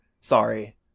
Sorry